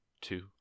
two